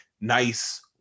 nice